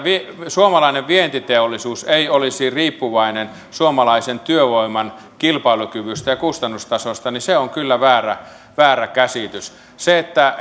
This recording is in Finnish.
suomalainen vientiteollisuus ei olisi riippuvainen suomalaisen työvoiman kilpailukyvystä ja kustannustasosta on kyllä väärä väärä käsitys se että